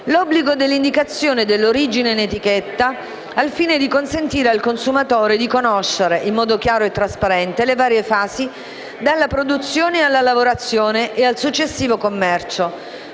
l'obbligo dell'indicazione dell'origine in etichetta, al fine di consentire al consumatore di conoscere, in modo chiaro e trasparente, le varie fasi per attivare il ciclo completo dalla produzione alla lavorazione e successivo commercio;